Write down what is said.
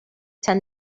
ten